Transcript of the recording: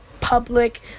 public